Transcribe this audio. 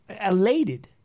elated